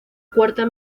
cuarta